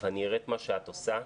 ואני אראה את מה שאת עושה,